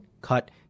cut